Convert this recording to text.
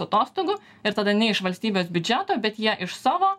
atostogų ir tada ne iš valstybės biudžeto bet jie iš savo